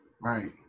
Right